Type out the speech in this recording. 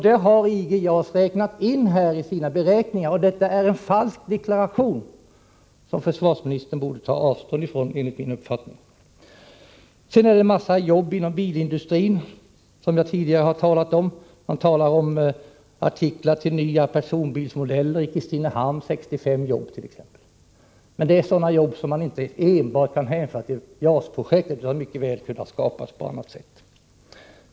Det har IGJAS räknat in i sina beräkningar, och detta blir därför en falskdeklaration, som försvarsministern enligt min uppfattning borde ta avstånd från. Vidare är det fråga om en massa jobb inom bilindustrin, som jag tidigare talat om. Det har gällt artiklar till nya personbilmodeller i Kristinehamn, som skulle ge 65 jobb. Men det är jobb som inte enbart kan hänföras till JAS-projektet utan som mycket väl skulle ha kunnat skapas på annat sätt.